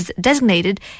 designated